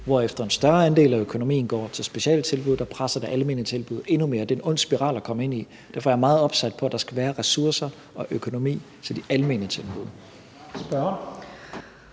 hvorefter en større andel af økonomien går til specialtilbud, der presser det almene tilbud endnu mere. Det er en ond spiral at komme ind i. Derfor er jeg meget opsat på, at der skal være ressourcer og økonomi til de almene tilbud.